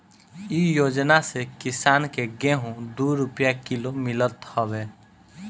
इ योजना से किसान के गेंहू दू रूपिया किलो मितल हवे